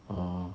orh